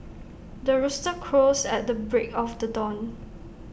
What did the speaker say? the rooster crows at the break of the dawn